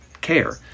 Care